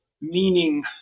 meaning